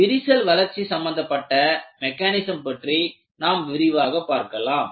விரிசல் வளர்ச்சி சம்பந்தப்பட்ட மெக்கானிசம் பற்றி நாம் விரிவாக பார்க்கலாம்